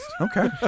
okay